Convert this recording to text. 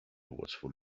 watchful